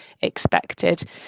expected